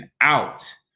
out